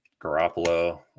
Garoppolo